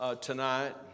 tonight